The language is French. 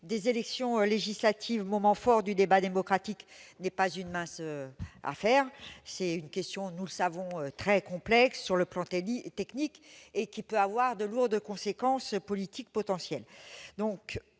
des élections législatives, moment fort du débat démocratique, n'est pas une mince affaire. C'est une question très complexe sur le plan technique et qui peut avoir de lourdes conséquences politiques. Comment